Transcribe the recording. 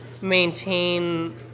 maintain